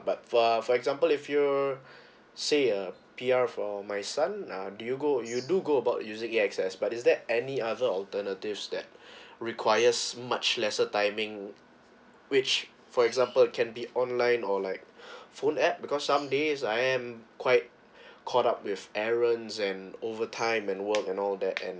but uh for example if you say uh P_R for my son uh do you go you do go about using air access but is there any other alternatives that require much lesser timing which for example can be online or like phone app because some days I am quite caught up with errands and over time and work and all that and